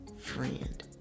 friend